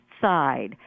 side